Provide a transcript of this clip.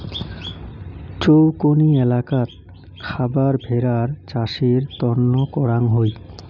চৌকনি এলাকাত খাবার ভেড়ার চাষের তন্ন করাং হই